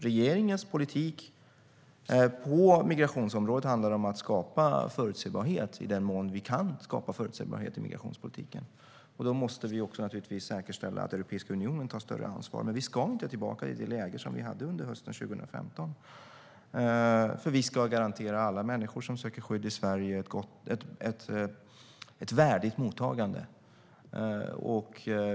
Regeringens politik på migrationsområdet handlar om att skapa förutsebarhet, i den mån vi kan skapa förutsebarhet i migrationspolitiken. Då måste vi också säkerställa att Europeiska unionen tar större ansvar. Vi ska inte tillbaka till det läge som vi hade under hösten 2015. Vi ska garantera alla människor som söker skydd i Sverige ett värdigt mottagande.